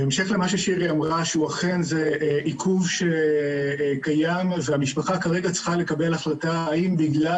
שזה אכן עיכוב שקיים והמשפחה צריכה לקבל החלטה האם בגלל